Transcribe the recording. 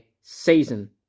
season